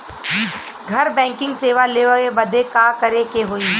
घर बैकिंग सेवा लेवे बदे का करे के होई?